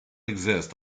exist